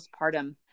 postpartum